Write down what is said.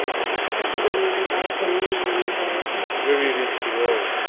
was just christian on one bike and me on another in a very risky road,